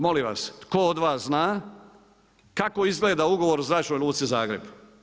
Molim vas tko od vas zna kako izgleda ugovor o Zračnoj luci Zagreb?